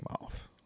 off